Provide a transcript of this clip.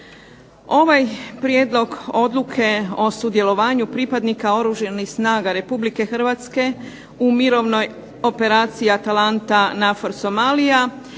Ovaj prijedlog odluke o sudjelovanju pripadnika Oružanih snaga Republike Hrvatske u mirovnoj operaciji "ATALANTA-NAVFOR SOMALIJA"